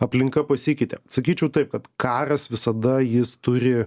aplinka pasikeitė sakyčiau taip kad karas visada jis turi